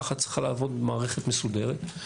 ככה צריך לעבוד במערכת מסודרת,